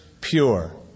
pure